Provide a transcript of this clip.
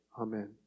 Amen